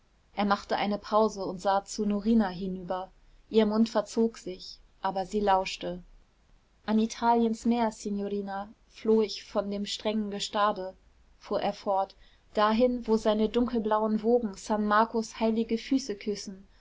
er machte eine pause und sah zu norina hinüber ihr mund verzog sich aber sie lauschte an italiens meer signora floh ich von dem strengen gestade fuhr er fort dahin wo seine dunkelblauen wogen san marcos heilige füße küssen